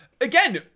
Again